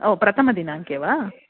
ओ प्रथमदिनाङ्के वा